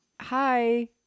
hi